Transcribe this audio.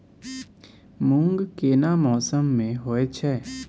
मूंग केना मौसम में होय छै?